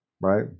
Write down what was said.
right